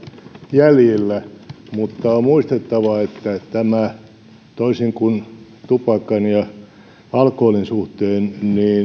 jäljillä mutta on muistettava että toisin kuin tupakan ja alkoholin suhteen